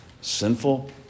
sinful